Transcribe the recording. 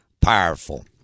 powerful